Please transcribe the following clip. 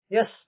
Yes